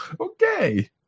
Okay